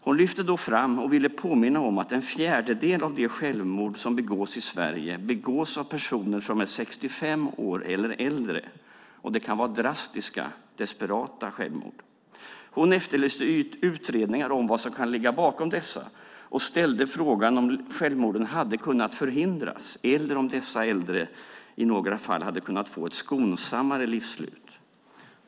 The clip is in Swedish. Hon lyfte då fram och ville påminna om att en fjärdedel av de självmord som begås i Sverige begås av personer som är 65 år eller äldre. Det kan vara drastiska, desperata självmord. Hon efterlyste utredningar om vad som kan ligga bakom dessa och ställde frågan om självmorden hade kunnat förhindras, eller om dessa äldre i några fall hade kunnat få ett skonsammare livsslut.